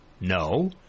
No